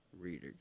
Reader